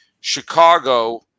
Chicago